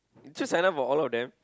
just sign up for all of them